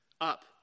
up